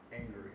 angry